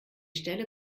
stelle